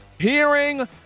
hearing